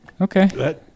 Okay